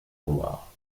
loire